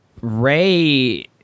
Ray